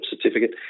certificate